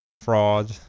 fraud